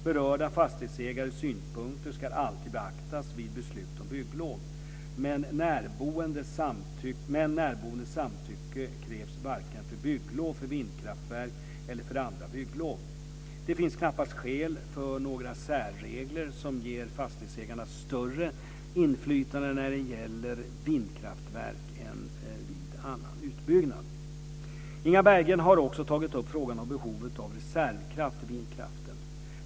Berörda fastighetsägares synpunkter ska alltid beaktas vid beslut om bygglov, men närboendes samtycke krävs varken för bygglov för vindkraftverk eller för andra bygglov. Det finns knappast skäl för några särregler som ger fastighetsägarna större inflytande när det gäller vindkraftverk än vid annan utbyggnad. Inga Berggren har också tagit upp frågan om behovet av reservkraft för vindkraften.